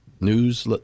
news